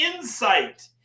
insight